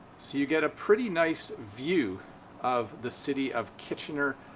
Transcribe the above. so you get a pretty nice view of the city of kitchener,